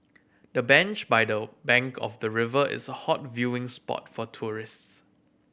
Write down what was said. the bench by the bank of the river is a hot viewing spot for tourists